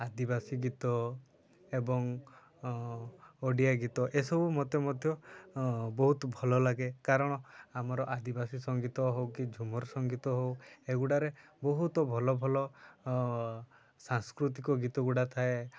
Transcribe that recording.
ଆଦିବାସୀ ଗୀତ ଏବଂ ଓଡ଼ିଆ ଗୀତ ଏସବୁ ମୋତେ ମଧ୍ୟ ବହୁତ ଭଲ ଲାଗେ କାରଣ ଆମର ଆଦିବାସୀ ସଙ୍ଗୀତ ହଉ କି ଝୁମର ସଙ୍ଗୀତ ହଉ ଏଗୁଡ଼ାରେ ବହୁତ ଭଲ ଭଲ ସାଂସ୍କୃତିକ ଗୀତ ଗୁଡ଼ା ଥାଏ